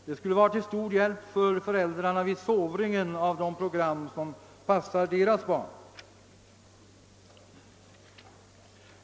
Det skulle vara till stor hjälp för föräldrarna vid valet av program, som passar deras barn.